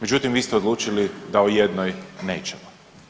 Međutim, vi ste odlučili da o jednoj nećemo.